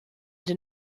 den